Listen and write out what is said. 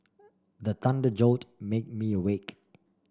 the thunder jolt made me awake